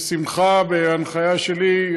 בשמחה, בהנחיה שלי.